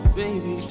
baby